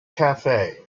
cafe